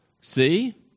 See